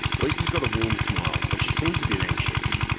lisa's got a warm smile but she seems a bit anxious.